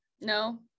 No